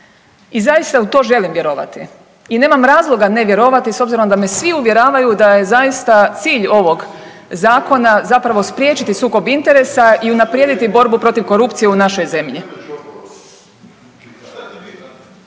i zaista u to želim vjerovati i nemam razloga ne vjerovati s obzirom da me svi uvjeravaju da je zaista cilj ovog zakona zapravo spriječiti sukob interesa i unaprijediti borbu protiv korupcije u našoj zemlji.